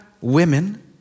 women